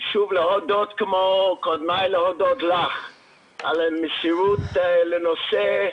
להודות לך כמו קודמיי על המסירות לנושא,